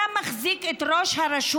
אתה מחזיק את ראש הרשות,